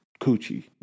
coochie